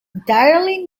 entirely